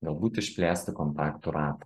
galbūt išplėsti kontaktų ratą